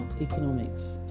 economics